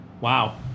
Wow